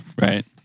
Right